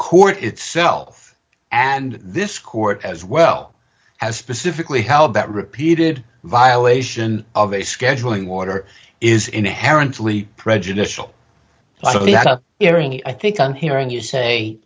court itself and this court as well as specifically held that repeated violation of a scheduling water is inherently prejudicial hearing i think i'm hearing you say